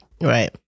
Right